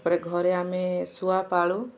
ତା'ପରେ ଘରେ ଆମେ ଶୁଆ ପାଳୁ